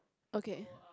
okay